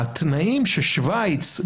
התנאים ששוויץ,